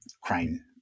crane